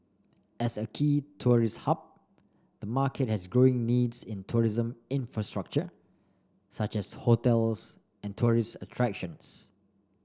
as a key tourist hub the market has growing needs in tourism infrastructure such as hotels and tourist attractions